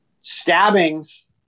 Stabbings